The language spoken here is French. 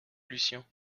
lucien